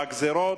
והגזירות,